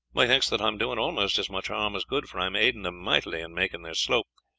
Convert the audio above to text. methinks that i am doing almost as much harm as good, for i am aiding them mightily in making their slope,